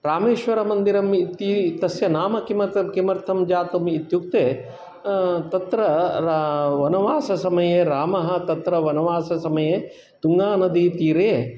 रामेश्वरमन्दिरम् इति तस्य नाम किमर्थं किमर्थं जातम् इत्युक्ते तत्र रा वनवाससमये रामः तत्र वनवाससमये तुङ्गानदीतीरे